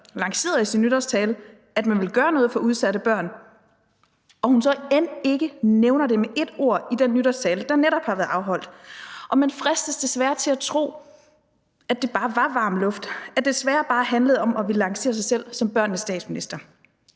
lancerede, at man ville gøre noget for udsatte børn, og at hun så end ikke nævner det med ét ord i den nytårstale, der netop har været holdt. Man fristes desværre til at tro, at det bare var varm luft – at det desværre bare handlede om at ville lancere sig selv som børnenes statsminister.